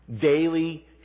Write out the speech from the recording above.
daily